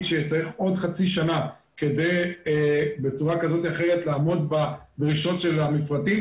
שצריך עוד חצי שנה כדי בצורה כזו או אחרת לעמוד בדרישות של המפרטים.